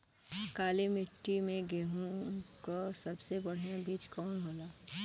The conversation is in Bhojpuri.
काली मिट्टी में गेहूँक सबसे बढ़िया बीज कवन होला?